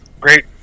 Great